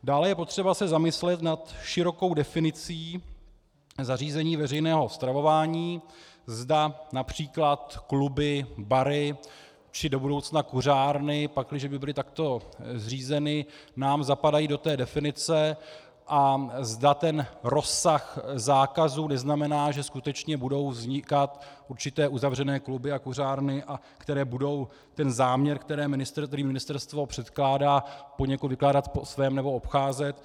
Dále je potřeba se zamyslet nad širokou definicí zařízení veřejného stravování, zda např. kluby, bary či do budoucna kuřárny, pakliže by byly takto zřízeny, nám zapadají do definice a zda rozsah zákazu neznamená, že skutečně budou vznikat určité uzavřené kluby a kuřárny, které budou záměr, který ministerstvo předkládá, poněkud vykládat po svém nebo ho obcházet.